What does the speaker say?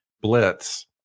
blitz